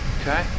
Okay